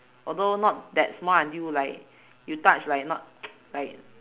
although not that small until like you touch like not like